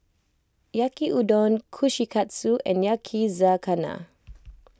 Yaki Udon Kushikatsu and Yakizakana